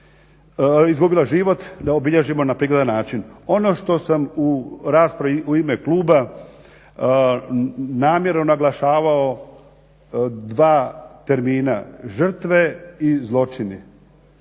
izgubila život da obilježimo na prikladan način. Ono što sam u raspravi u ime kluba namjerno naglašavao dva termina žrtve i zločini,